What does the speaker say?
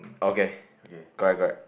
okay